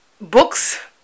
books